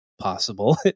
possible